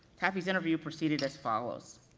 taaffe's interview proceeded as follows.